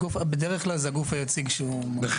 בדרך כלל זה הגוף היציג שהוא מייצג.